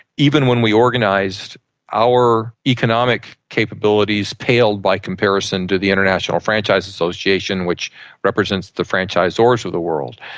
even when we organised our economic capabilities paled by comparison to the international franchise association which represents the franchisors of the world.